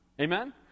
Amen